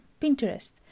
Pinterest